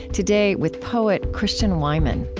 today, with poet christian wiman